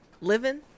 living